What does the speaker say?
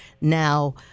now